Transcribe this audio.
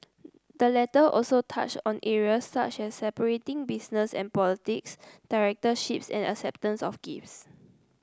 the letter also touched on areas such as separating business and politics directorships and acceptance of gifts